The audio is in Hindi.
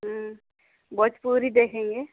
भोजपुरी देखेंगे